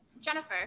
Jennifer